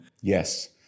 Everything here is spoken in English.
Yes